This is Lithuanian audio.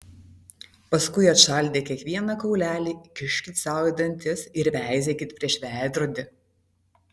paskui atšaldę kiekvieną kaulelį kiškit sau į dantis ir veizėkit prieš veidrodį